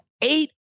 eight